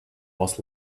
was